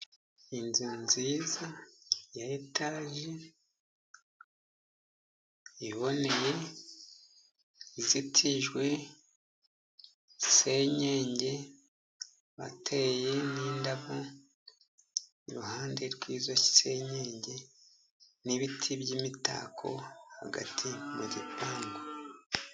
Inzu nziza ya etaje iboneye. Izitijwe senyenge, bateye n'indabyo iruhande rw'izo senyenge n'ibiti by'imitako hagati mu gipangu.